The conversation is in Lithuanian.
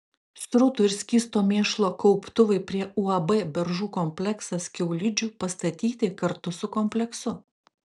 srutų ir skysto mėšlo kauptuvai prie uab beržų kompleksas kiaulidžių pastatyti kartu su kompleksu